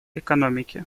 экономики